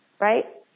right